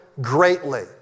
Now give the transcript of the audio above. greatly